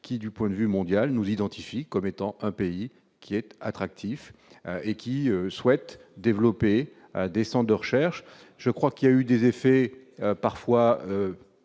qui du point de vue mondial nous identifie comme étant un pays qui est attractif et qui souhaitent développer indécent de recherche je crois qu'il y a eu des effets parfois